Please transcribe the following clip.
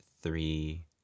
three